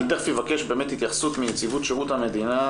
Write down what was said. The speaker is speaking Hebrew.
אני תיכף אבקש התייחסות מנציבות שירות המדינה,